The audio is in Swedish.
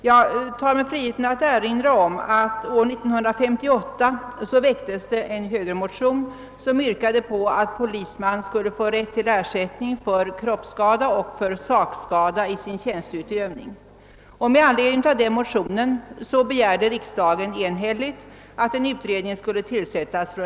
Jag tar mig friheten att erinra om att år 1958 väcktes en högermotion som yrkade på att polisman skulle få rätt till ersättning för kroppsskada och för sakskada under sin tjänsteutövning. Med anledning av denna motion begärde en enhällig riksdag att en utredning skulle tillsättas.